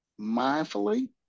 mindfully